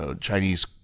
Chinese